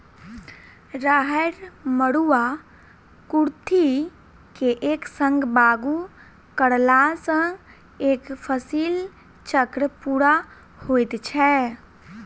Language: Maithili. राहैड़, मरूआ, कुर्थी के एक संग बागु करलासॅ एक फसिल चक्र पूरा होइत छै